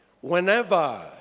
Whenever